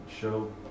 show